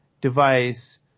device